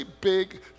big